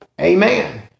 Amen